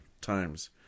times